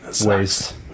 Waste